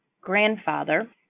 grandfather